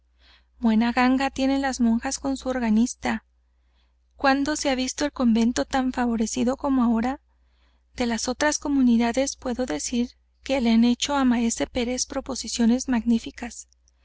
buena ganga tienen las monjas con su organista cuando se ha visto el convento tan favorecido como ahora de las otras comunidades puedo decir que le han hecho á maese pérez proposiciones magníficas